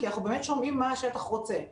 כי אנחנו באמת שומעים מה השטח רוצה,